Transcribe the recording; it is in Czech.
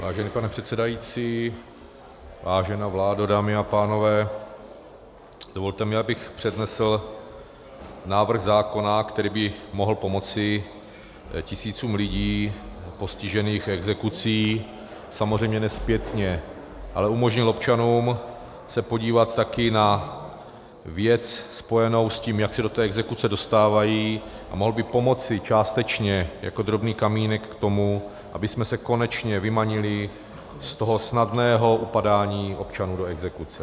Vážený pane předsedající, vážená vládo, dámy a pánové, dovolte mi, abych přednesl návrh zákona, který by mohl pomoci tisícům lidí postižených exekucí, samozřejmě ne zpětně, ale umožnil občanům se podívat taky na věc spojenou s tím, jak se do exekuce dostávají, a mohl by pomoci částečně jako drobný kamínek k tomu, abychom se konečně vymanili ze snadného upadání občanů do exekuce.